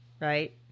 Right